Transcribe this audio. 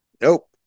Nope